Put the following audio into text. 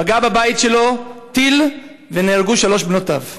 פגע בבית שלו טיל ונהרגו שלוש בנותיו.